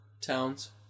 towns